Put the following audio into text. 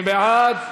מי בעד?